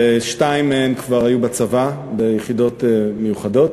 ושתיים מהן כבר היו בצבא ביחידות מיוחדות,